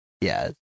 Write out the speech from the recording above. Yes